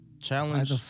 Challenge